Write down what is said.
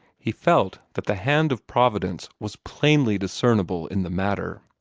he felt that the hand of providence was plainly discernible in the matter.